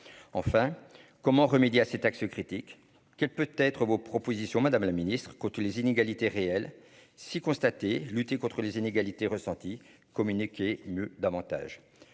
enfin comment remédier à cet axe critique qu'elle peut être vos propositions, Madame la Ministre, les inégalités réelles si lutter contre les inégalités ressenti communiqué me davantage